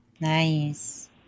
nice